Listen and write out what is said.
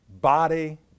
body